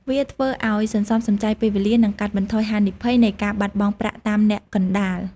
វាធ្វើឲ្យសន្សំសំចៃពេលវេលា និងកាត់បន្ថយហានិភ័យនៃការបាត់បង់ប្រាក់តាមអ្នកកណ្ដាល។